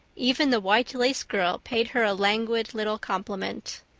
even the white-lace girl paid her a languid little compliment.